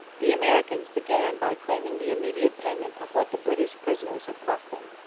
the americans began by claiming the immediate payment of what the british prisoners had cost them.